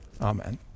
amen